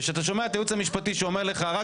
וכשאתה שומע את הייעוץ המשפטי שאומר לך רק